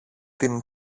την